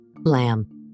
Lamb